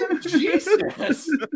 Jesus